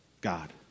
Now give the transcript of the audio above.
God